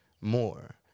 more